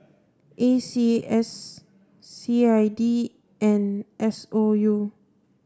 A C S I C I D and S O U